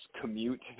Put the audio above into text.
commute